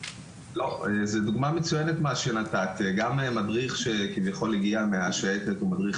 זו דוגמה מצוינת מה שנתת גם מדריך שכביכול הגיע מהשייטת והוא מדריך